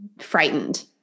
frightened